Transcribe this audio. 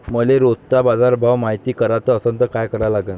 मले रोजचा बाजारभव मायती कराचा असन त काय करा लागन?